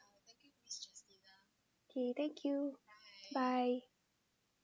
K thank you bye